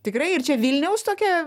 tikrai ir čia vilniaus tokia